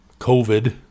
COVID